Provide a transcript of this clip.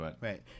Right